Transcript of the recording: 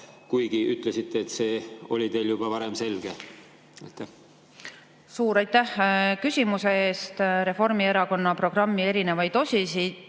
kuigi ütlesite, et see oli teil juba varem selge. Suur aitäh küsimuse eest! Reformierakonna programmi erinevaid osi